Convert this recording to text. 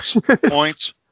Points